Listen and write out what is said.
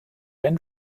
end